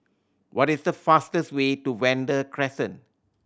what is the fastest way to Vanda Crescent